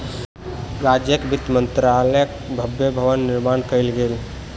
राज्यक वित्त मंत्रालयक भव्य भवन निर्माण कयल गेल